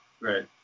Right